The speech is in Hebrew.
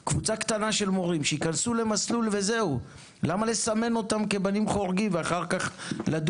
שתי הערות קצרות, ברשותכם, אחת על אולפנים ואחת על